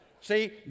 See